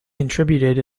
contributed